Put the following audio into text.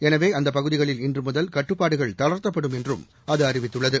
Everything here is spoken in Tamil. எனவே அந்த பகுதிகளில் இன்று முதல் கட்டுப்பாடுகள் தளா்தப்படும் என்றும் அது அறிவித்துள்ளது